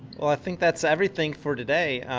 think that's everything for today,